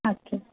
okay